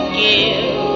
give